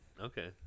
Okay